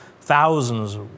Thousands